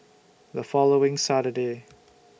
The following Saturday